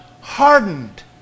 hardened